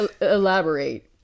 elaborate